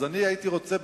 אז אני הייתי רוצה,